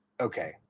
okay